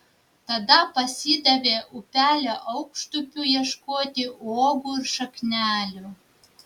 tada pasidavė upelio aukštupiu ieškoti uogų ir šaknelių